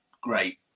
great